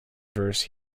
verse